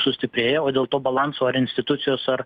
sustiprėję o dėl to balanso ar institucijos ar